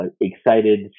excited